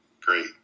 great